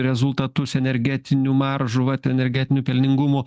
rezultatus energetinių maržų vat energetinių pelningumų